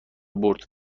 برد